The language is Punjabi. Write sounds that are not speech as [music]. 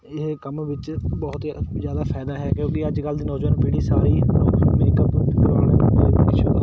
ਇਹ ਕੰਮ ਵਿੱਚ ਬਹੁਤ ਜਿ ਜ਼ਿਆਦਾ ਫਾਇਦਾ ਹੈ ਕਿਉਂਕਿ ਅੱਜ ਕੱਲ੍ਹ ਦੀ ਨੌਜਵਾਨ ਪੀੜ੍ਹੀ ਸਾਰੀ [unintelligible]